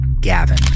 Gavin